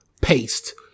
paste